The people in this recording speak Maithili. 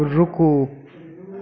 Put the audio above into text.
रूकु